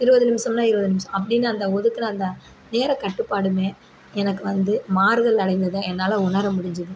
இருவது நிமிடம்னால் இருவது நிமிடம் அப்படின்னு அந்த ஒதுக்கின அந்த நேரக்கட்டுப்பாடும் எனக்கு வந்து மாறுதல் அடைந்ததை என்னால உணரமுடிஞ்சுது